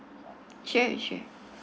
sure sure